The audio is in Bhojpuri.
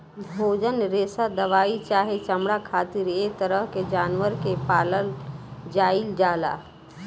भोजन, रेशा दवाई चाहे चमड़ा खातिर ऐ तरह के जानवर के पालल जाइल जाला